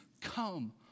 come